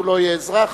הוא לא יהיה אזרח?